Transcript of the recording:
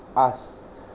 us